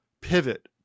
pivot